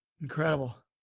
Incredible